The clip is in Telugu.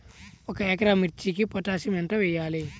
ఒక ఎకరా మిర్చీకి పొటాషియం ఎంత వెయ్యాలి?